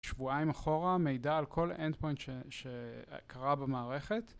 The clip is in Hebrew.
שבועיים אחורה מידע על כל אנד פוינט שקרה במערכת